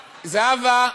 זהבה,